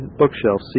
Bookshelf